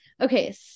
okay